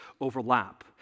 overlap